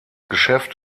geschäft